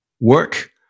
work